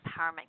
Empowerment